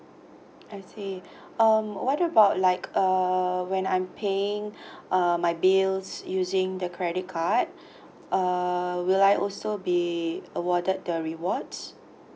I see um what about like uh when I'm paying uh my bills using the credit card uh will I also be awarded the rewards